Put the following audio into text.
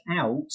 out